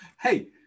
Hey